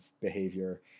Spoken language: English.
behavior